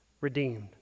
redeemed